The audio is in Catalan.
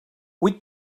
huit